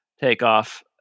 takeoff